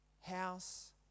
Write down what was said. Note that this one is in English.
House